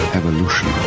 evolution